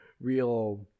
real